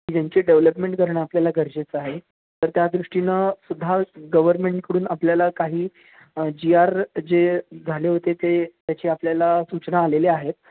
ज्यांचे डेवलपमेंट करणं आपल्याला गरजेचं आहे तर त्यादृष्टीनं सुद्धा गव्हर्मेंटकडून आपल्याला काही जी आर जे झाले होते ते त्याची आपल्याला सूचना आलेल्या आहेत